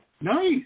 Nice